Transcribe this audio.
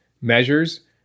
measures